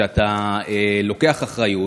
שאתה לוקח אחריות,